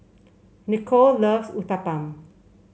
Nicolle loves Uthapam